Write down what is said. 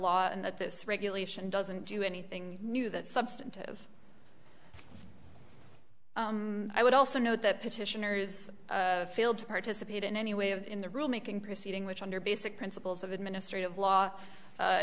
law and that this regulation doesn't do anything new that substantive i would also note the petitioners failed to participate in any way of in the rule making proceeding which under basic principles of administrative law